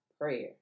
prayer